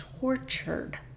tortured